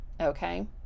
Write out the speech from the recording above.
okay